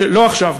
לא עכשיו,